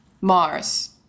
Mars